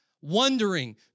wondering